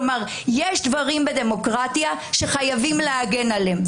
כלומר יש דברים בדמוקרטיה שחייבים להגן עליהם.